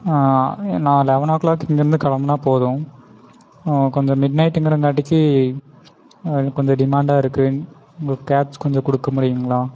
நான் eleven o'clock இங்கேருந்து கிளம்புனா போதும் கொஞ்சம் மிட் நைட்டுங்கிறங்காட்டிக்கு கொஞ்சம் டிமாண்டாக இருக்கு உங்கள் கேப்ஸ் கொஞ்சம் கொடுக்க முடியுங்களா